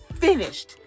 finished